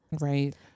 Right